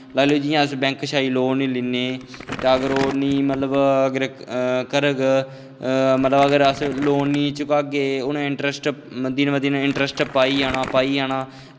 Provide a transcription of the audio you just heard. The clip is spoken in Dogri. लाई लैओ जि'यां अस बैंक शा लोन गी लैन्ने ते ओह् नेईं अगर इक करग मतलब अस लोन निं चकागे उ'नें इंट्रस्ट दिन ब दिन इंट्रस्ट पाई जाना पाई जाना